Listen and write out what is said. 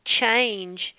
change